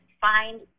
find